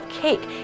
cake